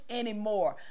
anymore